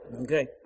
Okay